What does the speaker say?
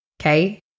okay